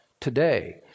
today